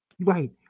Right